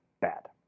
bad